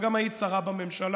וגם היית שרה בממשלה,